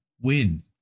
win